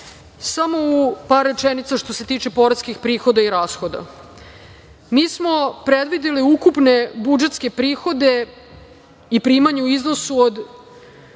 itd. Samo u par rečenica što se tiče poreskih prihoda i rashoda. Mi smo predvideli ukupne budžetske prihode i primanja u iznosu od